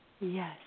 Yes